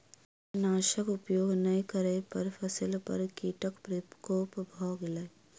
कीटनाशक उपयोग नै करै पर फसिली पर कीटक प्रकोप भ गेल